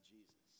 Jesus